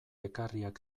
ekarriak